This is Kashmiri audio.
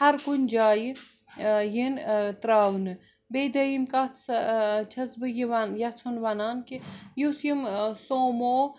ہر کُنہِ جایہِ یِنۍ ترٛاونہٕ بیٚیٚہِ دوٚیم کتَھ سۅ چھَس بِہٕ یِہِ یَژھُن وَنان کہِ یُتھ یِم سوموٗ